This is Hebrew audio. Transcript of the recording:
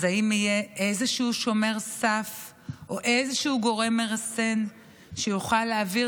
האם יהיה איזשהו שומר סף או איזשהו גורם מרסן שיוכל להעביר